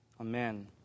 Amen